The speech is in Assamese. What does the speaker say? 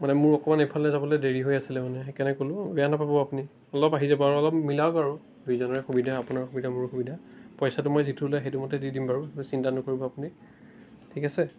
মানে মোৰ অকণমান এইফালে যাবলৈ দেৰি হৈ আছিলে মানে সেইকাৰণে ক'লোঁ বেয়া নাপাব আপুনি অলপ আহি যাব আৰু অলপ মিলাওক আৰু দুয়োজনৰে সুবিধা হ'ব আপোনাৰো সুবিধা মোৰো সুবিধা পইচাটো মই যিটো ওলাই সেইমতেই দি দিম বাৰু সেইটো চিন্তা নকৰিব আপুনি ঠিক আছে